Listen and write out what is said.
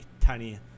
tiny